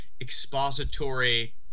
expository